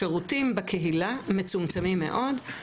השירותים בקהילה מצומצמים מאוד,